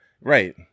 Right